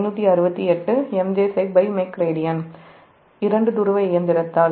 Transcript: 568 MJ Sec mech rad 2 துருவ இயந்திரம்